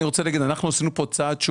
אנחנו עשינו פה צעד,